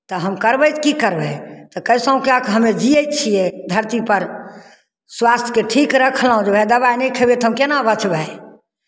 तऽ हम करबै तऽ की करबै तऽ कैसहुँ कए कऽ हमे जियै छियै धरतीपर स्वास्थ्यकेँ ठीक रखलहुँ जे भाय दबाइ नहि खयबै तऽ हम केना बचबै